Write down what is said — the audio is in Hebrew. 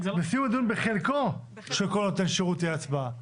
בסיום הדיון בחלקו של כל נותן שירות תהיה הצבעה.